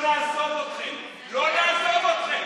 ישראל בשביל להגביל עוד ועוד את החופש